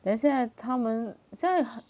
then 现在他们现在